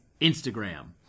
Instagram